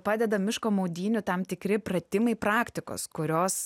padeda miško maudynių tam tikri pratimai praktikos kurios